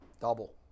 Double